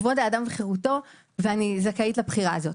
כבוד האדם וחירותו ואני זכאית לבחירה הזו.